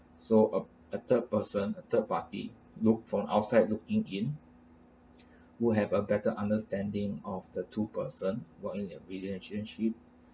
so uh a third person a third party look from outside looking in would have a better understanding of the two persons were in their relationship